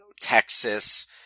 Texas